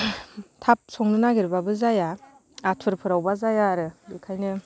थाब संनो नागिरबाबो जाया आथुरफोरावबा जाया आरो बेखायनो